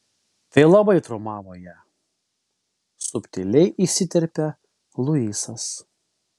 tai labai traumavo ją subtiliai įsiterpia luisas